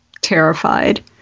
terrified